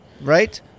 right